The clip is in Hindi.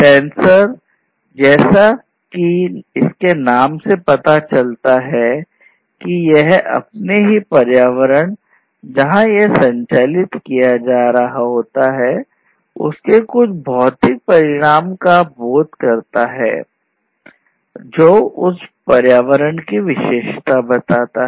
सेंसर जैसा कि इस नाम से पता चलता है कि यह है अपने ही पर्यावरण जहां यह संचालित किया जा रहा होता है के कुछ भौतिक परिमाण का बोध करता है जो पर्यावरण की विशेषता बताता है